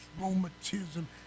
rheumatism